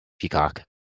peacock